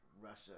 Russia